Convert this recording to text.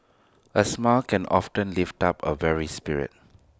A smile can often lift up A weary spirit